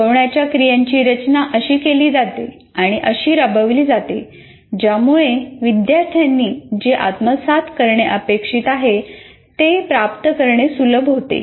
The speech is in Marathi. शिकवण्याच्या क्रियांची रचना अशी केली जाते आणि अशी राबवली जाते ज्यामुळे विद्यार्थ्यांनी जे आत्मसात करणे अपेक्षित आहे ते प्राप्त करणे सुलभ होते